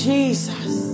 Jesus